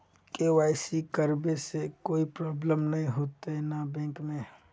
KYC करबे से कोई प्रॉब्लम नय होते न बैंक में?